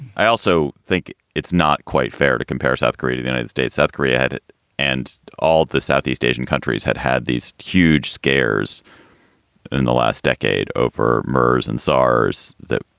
i also think it's not quite fair to compare south korea to the united states. south korea had it and all the southeast asian countries had had these huge scares in the last decade over murres and saar's the.